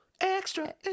Extra